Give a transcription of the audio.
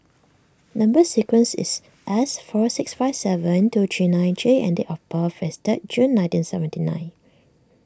Number Sequence is S four six five seven two three nine J and of birth is third June nineteen seventy nine